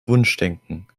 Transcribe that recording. wunschdenken